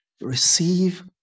receive